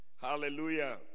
Hallelujah